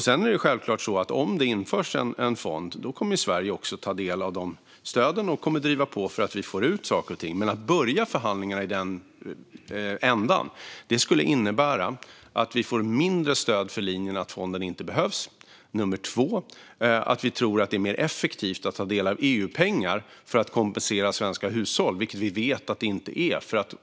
Sedan är det självklart så att om det införs en fond kommer Sverige också att ta del av de stöden och driva på för att vi ska få ut saker och ting. Men att börja förhandlingarna i den änden skulle innebära att vi får mindre stöd för linjen att fonden inte behövs och att vi tror att det är mer effektivt att ta del av EU-pengar för att kompensera svenska hushåll, vilket vi vet att det inte är.